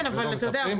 אתה יודע,